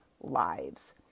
lives